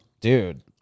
Dude